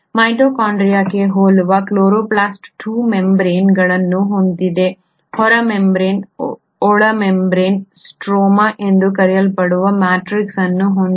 ಮೈಟೊಕಾಂಡ್ರಿಯಾಕ್ಕೆ ಹೋಲುವ ಕ್ಲೋರೊಪ್ಲಾಸ್ಟ್ 2 ಮೆಂಬ್ರೇನ್ಗಳನ್ನು ಹೊಂದಿದೆ ಹೊರ ಮೆಂಬ್ರೇನ್ ಒಳ ಮೆಂಬ್ರೇನ್ ಸ್ಟ್ರೋಮಾ ಎಂದು ಕರೆಯಲ್ಪಡುವ ಮ್ಯಾಟ್ರಿಕ್ಸ್ ಅನ್ನು ಹೊಂದಿದೆ